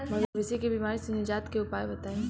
मवेशी के बिमारी से निजात के उपाय बताई?